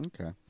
Okay